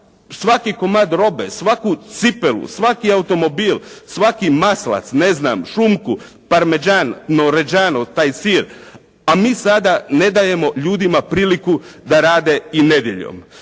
svaki komad robe, svaku cipelu, svaki automobil, svaki maslac, šunku, parmezan … /Govornik se ne razumije./ … taj sir, a mi sada ne dajemo ljudima priliku da rade i nedjeljom.